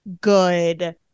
good